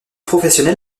professionnel